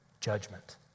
judgment